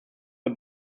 wir